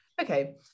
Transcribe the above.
Okay